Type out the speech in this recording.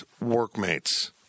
workmates